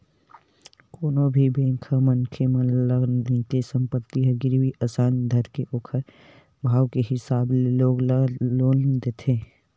कोनो भी बेंक ह मनखे ल मकान नइते संपत्ति ल गिरवी असन धरके ओखर भाव के हिसाब ले लोगन ल लोन देथे